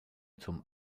zum